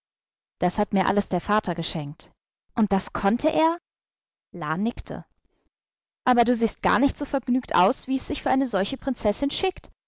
das hat mir alles der vater geschenkt und das konnte er la nickte aber du siehst gar nicht so vergnügt aus wie es sich für eine solche prinzessin schickt